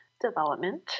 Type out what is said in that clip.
development